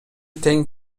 тең